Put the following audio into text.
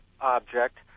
object